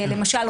למשל,